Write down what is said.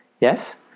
Yes